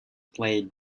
played